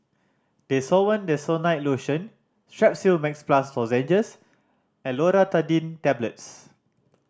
Desowen Desonide Lotion Strepsils Max Plus Lozenges and Loratadine Tablets